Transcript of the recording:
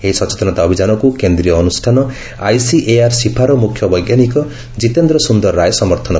ଏହି ସଚେତନତା ଅଭିଯାନକୁ କେନ୍ଦୀୟ ଅନୁଷ୍ଠାନ ଆଇସିଏଆର୍ ସିଫାର ମୁଖ୍ୟ ବୈଙ୍କାନିକ କିତେନ୍ଦ୍ର ସୁନ୍ଦର ରାୟ ସମର୍ଥନ କରିଛନ୍ତି